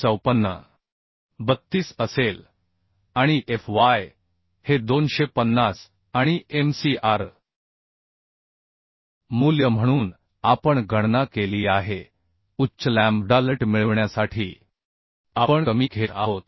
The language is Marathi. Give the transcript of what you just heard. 32 असेल आणि fy हे 250 आणि mcr मूल्य म्हणून आपण गणना केली आहे उच्च लॅम्ब्डा Lt मिळविण्यासाठी आपण कमी घेत आहोत